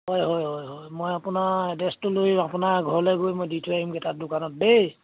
হয় হয় হয় হয় মই আপোনাৰ এড্ৰেছটো লৈম আপোনাৰ ঘৰলৈ গৈ মই দি থৈ আহিমগৈ তাত দোকানত দেই